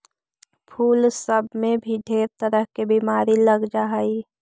फूल सब में भी ढेर तरह के बीमारी लग जा हई